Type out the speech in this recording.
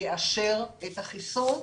יאשר את החיסון,